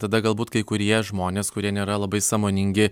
tada galbūt kai kurie žmonės kurie nėra labai sąmoningi